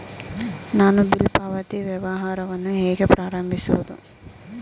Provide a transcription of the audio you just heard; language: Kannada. ನಾನು ಬಿಲ್ ಪಾವತಿ ವ್ಯವಹಾರವನ್ನು ಹೇಗೆ ಪ್ರಾರಂಭಿಸುವುದು?